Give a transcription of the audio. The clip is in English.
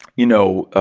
you know,